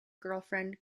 girlfriend